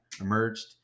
emerged